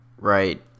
Right